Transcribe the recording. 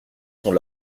sont